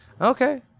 Okay